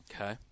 Okay